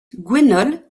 gwenole